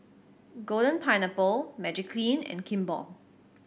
Golden Pineapple Magiclean and Kimball